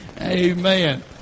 Amen